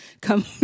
come